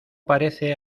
parece